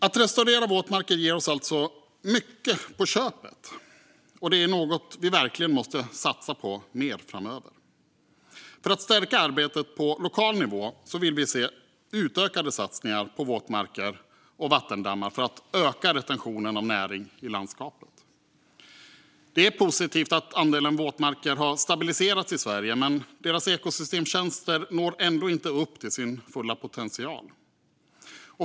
Att restaurera våtmarker ger oss alltså mycket på köpet, och det är något vi verkligen måste satsa mer på framöver. För att stärka arbetet på lokal nivå vill vi se utökade satsningar på våtmarker och vattendammar för att öka retentionen av näring i landskapet. Det är positivt att andelen våtmarker har stabiliserats i Sverige, men deras ekosystemtjänster når ändå inte upp till sin fulla potential.